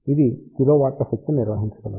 ఇది కిలోవాట్ల శక్తి ని నిర్వహించగలదు